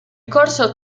corso